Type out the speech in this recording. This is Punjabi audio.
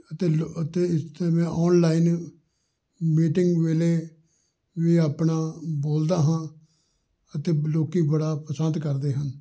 ਅਤੇ ਲੋ ਅਤੇ ਇੱਥੇ ਮੈਂ ਔਨਲਾਈਨ ਮੀਟਿੰਗ ਵੇਲੇ ਵੀ ਆਪਣਾ ਬੋਲਦਾ ਹਾਂ ਅਤੇ ਬ ਲੋਕ ਬੜਾ ਪਸੰਦ ਕਰਦੇ ਹਨ